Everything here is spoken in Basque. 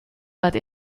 bat